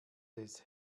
des